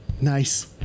Nice